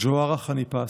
ג'והרה חניפס,